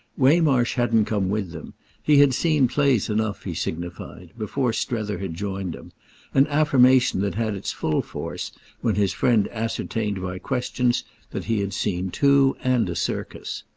waymarsh hadn't come with them he had seen plays enough, he signified, before strether had joined him an affirmation that had its full force when his friend ascertained by questions that he had seen two and a circus.